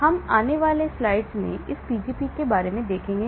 इसलिए हम आने वाले स्लाइड्स में इस Pgp के बारे में भी देखेंगे